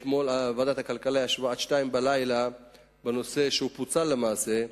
אתמול ועדת הכלכלה ישבה עד 02:00 בנושא שפוצל למעשה,